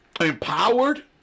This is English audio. empowered